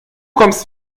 kommst